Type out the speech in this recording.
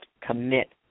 commit